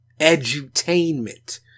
Edutainment